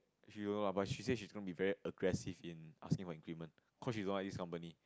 she don't know lah but she say she's gonna be very aggressive in asking for increment cause she don't like this company